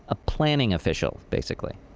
a planning official, basically.